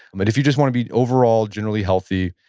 but if you just want to be overall generally healthy,